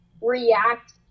react